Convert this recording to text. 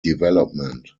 development